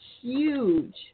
huge